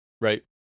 Right